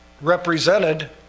represented